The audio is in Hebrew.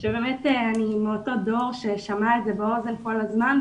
שאני מאותו דור ששמע את זה באוזן כל הזמן,